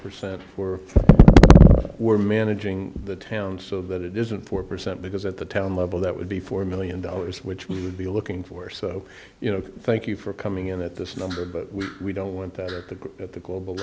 percent for we're managing the town so that it isn't four percent because at the town level that would be four million dollars which we should be looking for so you know thank you for coming in at this number but we don't want that at the group at the global